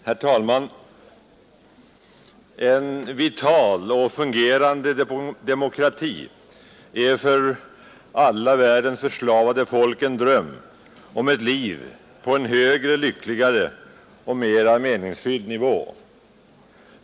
Herr talman! En vital och fungerande demokrati är för världens förslavade folk en dröm om ett liv på en högre, lyckligare och mera meningsfylld nivå.